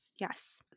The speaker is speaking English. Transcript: Yes